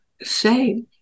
say